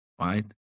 right